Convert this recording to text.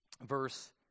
Verse